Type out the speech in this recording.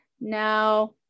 Now